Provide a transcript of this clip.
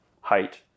height